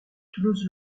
toulouse